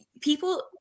people